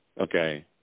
Okay